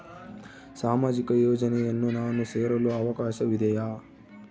ಸಾಮಾಜಿಕ ಯೋಜನೆಯನ್ನು ನಾನು ಸೇರಲು ಅವಕಾಶವಿದೆಯಾ?